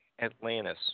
Atlantis